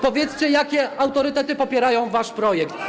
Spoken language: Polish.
Powiedzcie, jakie autorytety popierają wasz projekt.